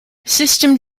systems